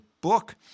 book